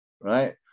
right